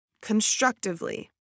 constructively